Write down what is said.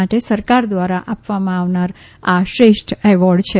માટે સરકાર દ્વારા આપવામાં આવનાર આ શ્રેષ્ઠ એવોર્ડ છે